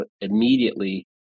immediately